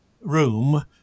room